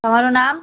તમારું નામ